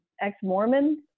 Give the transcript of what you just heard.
ex-Mormon